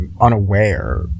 unaware